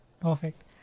perfect